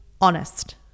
honest